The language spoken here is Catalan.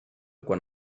quan